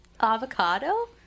avocado